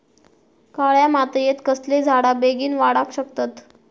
काळ्या मातयेत कसले झाडा बेगीन वाडाक शकतत?